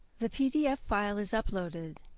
the pdf file is uploaded.